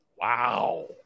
wow